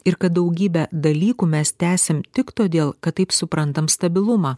ir kad daugybę dalykų mes tęsiam tik todėl kad taip suprantam stabilumą